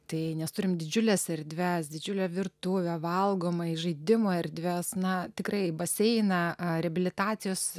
tai nes turim didžiules erdves didžiulę virtuvę valgomąjį žaidimų erdves na tikrai baseiną a reabilitacijos